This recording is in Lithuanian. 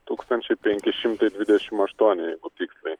tūkstančiai penki šimtai dvidešim aštuoni tiksliai